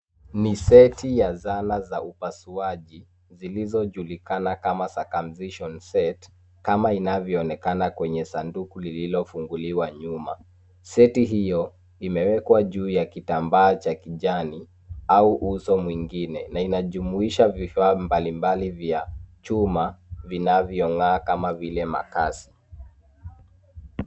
Ni seti ya zana za upasuaji, zilizojulikana kama circumcision set , kama inavyoonekana kwenye sanduku, lililofunguliwa nyuma. Seti hiyo, imewekwa juu ya kitambaa cha kijani, au uso mwingine, na inajumuisha vifaa mbalimbali vya chuma, vinavyong'aa kama vile makasi.